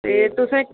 ऐ तुसें